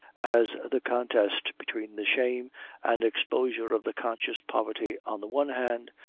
as the contest between the shame and exposure of the conscious poverty on the one hand,